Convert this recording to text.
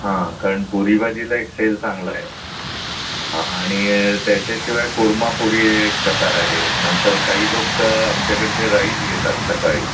हां कारण पुरीभाजीला एक सेल चांगला आहे आणि त्याच्याशिवाय कोरमापुरी एक प्रकार आहे नंतर काही लोक आमच्याकडे जे राईस घेतात सकाळी